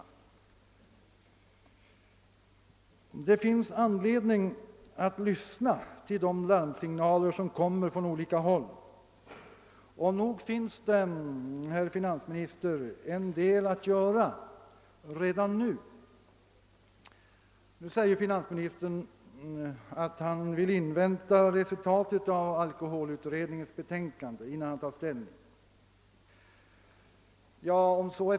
Det finns anledning att lyssna till de larmsignaler som kommer från olika håll, och nog finns det en del att göra redan nu. Finansministern anser det nödvändigt att invänta alkoholutredningens betänkande, innan han tar ställning.